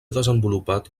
desenvolupat